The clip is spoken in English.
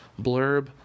blurb